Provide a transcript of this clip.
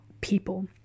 people